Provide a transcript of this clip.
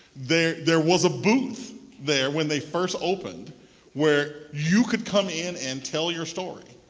there there was a booth there when they first opened where you could come in and tell your story.